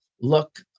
look